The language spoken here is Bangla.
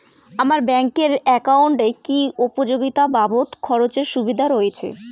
আমার ব্যাংক এর একাউন্টে কি উপযোগিতা বাবদ খরচের সুবিধা রয়েছে?